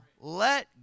Let